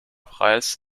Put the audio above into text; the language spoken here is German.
preis